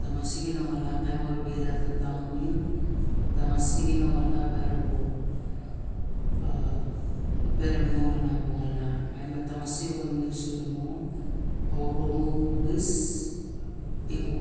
Tamasik enengola mirubu vet ka taon min tamasik nongola bare bo mon a bonola sik yat a arone e bu exis ibu